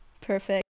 Perfect